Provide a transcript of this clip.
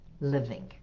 living